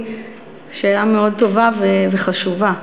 שאלה מאוד טובה וחשובה.